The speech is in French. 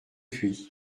puy